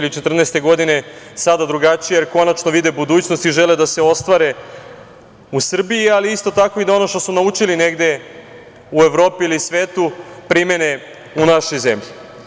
godine ili 2014. godine sada drugačija, jer konačno vide budućnost i žele da se ostvare u Srbiji, ali isto tako da i ono što su naučili negde u Evropi ili svetu primene u našoj zemlji.